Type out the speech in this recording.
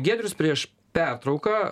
giedrius prieš pertrauką